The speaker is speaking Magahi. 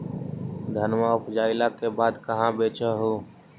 धनमा उपजाईला के बाद कहाँ बेच हू?